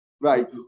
Right